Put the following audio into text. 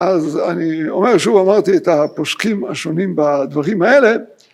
אז אני אומר שוב אמרתי את הפוסקים השונים בדברים האלה